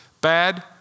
Bad